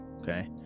okay